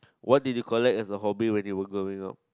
what did you collect as a hobby when you were growing up